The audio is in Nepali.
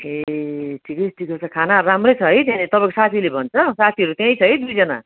ए ठिकै ठिकै छ खानाहरू राम्रै छ है त्यहाँनिर तपाईँको साथीले भन्छ साथीहरू त्यहीँ छ है दुईजना